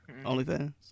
OnlyFans